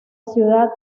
ciudad